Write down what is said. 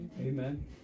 Amen